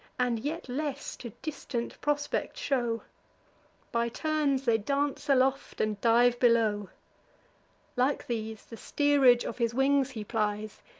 and yet less, to distant prospect show by turns they dance aloft, and dive below like these, the steerage of his wings he plies,